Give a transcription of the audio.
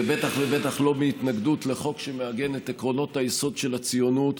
ובטח ובטח לא מהתנגדות לחוק שמעגן את עקרונות היסוד של הציונות,